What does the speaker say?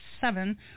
seven